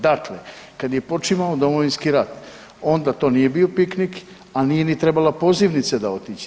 Dakle, kada je počimao Domovinski rat onda to nije bio piknik, a nije ni trebala pozivnica otići.